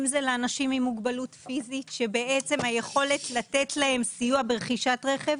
אם זה לאנשים עם מוגבלות פיזית שבעצם היכולת לתת להם סיוע ברכישת רכב,